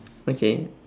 okay